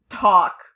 talk